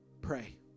pray